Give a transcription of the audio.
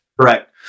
Correct